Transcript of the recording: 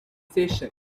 station